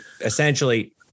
essentially